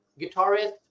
guitarist